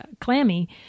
clammy